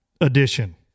Edition